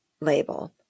label